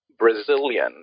Brazilian